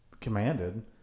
commanded